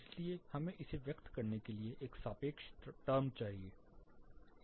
इसलिए हमें व्यक्त करने के लिए एक सापेक्ष टर्म चाहिए